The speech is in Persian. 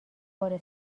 بار